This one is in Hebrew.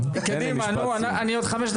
זה כאילו מדובר בבעיה שהיא רק לעכשיו,